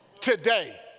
Today